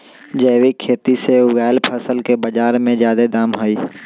जैविक खेती से उगायल फसल के बाजार में जादे दाम हई